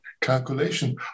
calculation